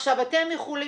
אתם יכולים,